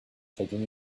taking